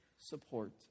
support